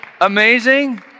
amazing